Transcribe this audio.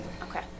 Okay